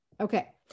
Okay